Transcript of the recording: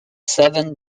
seven